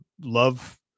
Love